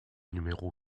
numéro